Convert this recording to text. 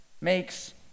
makes